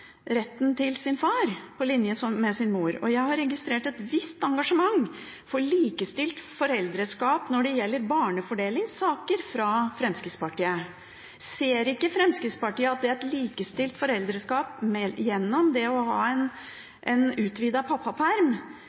retten til sin far på linje med sin mor. Jeg har registrert et visst engasjement for likestilt foreldreskap når det gjelder barnefordelingssaker, fra Fremskrittspartiet. Ser ikke Fremskrittspartiet at et likestilt foreldreskap – gjennom